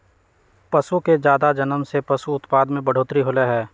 पशु के जादा जनम से पशु उत्पाद में बढ़ोतरी होलई ह